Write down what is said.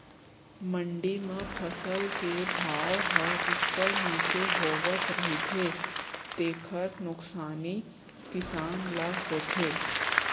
मंडी म फसल के भाव ह उप्पर नीचे होवत रहिथे तेखर नुकसानी किसान ल होथे